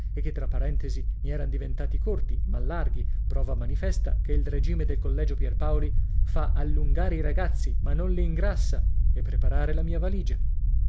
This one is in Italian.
e che tra parentesi mi eran diventati corti ma larghi prova manifesta che il regime del collegio pierpaoli fa allungare i ragazzi ma non li ingrassa e preparare la mia valigia